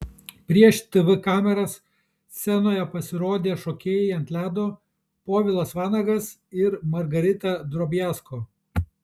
prieš tv kameras scenoje pasirodė šokėjai ant ledo povilas vanagas ir margarita drobiazko